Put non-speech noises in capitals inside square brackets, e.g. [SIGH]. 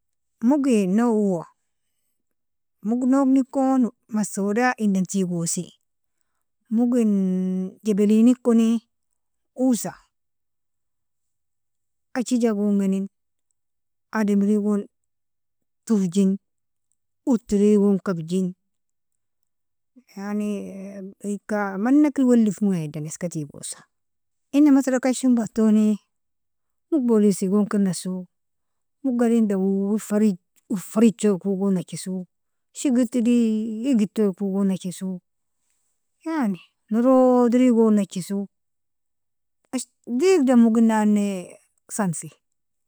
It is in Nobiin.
Mogi noa owo mog nognikon masoda idan tigosi mog injebelinikoni, osa achija gongenn ademri gon torjin, utri gon kabijin yani [HESITATION] ika manker walefmo idan iska tigosa, ina masira kshombatoni mog bolisi gon kennaso mog gadin daower farij uorfarijko gon najeso shigirti digdtoko gon najeso, yani narodri gon najeso [HESITATION] digda mognane sanfie.